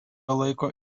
laiko